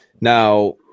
Now –